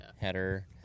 header